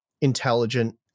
intelligent